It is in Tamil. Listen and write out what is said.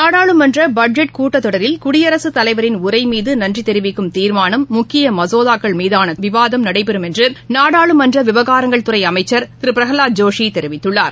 நாடாளுமன்றபட்ஜெட் கட்டத் தொடரில் குடியரசுத்தலைவரின் உரைமீதுநன்றிதெரிவிக்கும் தீர்மானம் முக்கியமசோதாக்கள் மீதானவிவாதம் நடைபெறும் என்றுநாடாளுமன்றவிவகாரங்கள் துறைஅமைச்சர் திருபிரகலாத் ஜோஷிதெரிவித்துள்ளார்